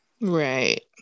Right